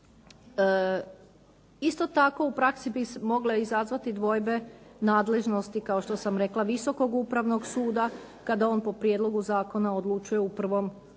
Isto tako, u praksi bi mogle izazvati dvojbe nadležnosti kao što sam rekla Visokog upravnog suda kada on po prijedlogu zakona odlučuje u prvom stupnju